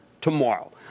tomorrow